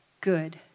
Good